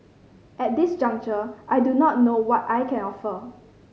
at this juncture I do not know what I can offer